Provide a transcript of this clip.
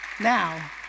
now